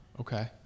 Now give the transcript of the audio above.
Okay